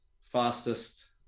fastest